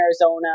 arizona